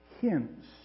hints